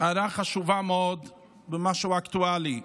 הערה חשובה מאוד במשהו אקטואלי.